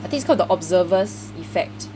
I think it's called the observer's effect